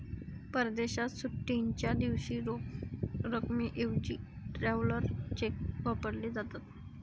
परदेशात सुट्टीच्या दिवशी रोख रकमेऐवजी ट्रॅव्हलर चेक वापरले जातात